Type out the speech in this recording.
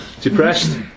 Depressed